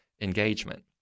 engagement